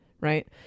Right